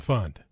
Fund